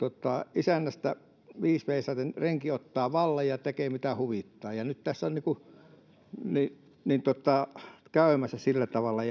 isännästä viis veisaten renki ottaa vallan ja tekee mitä huvittaa nyt tässä on käymässä sillä tavalla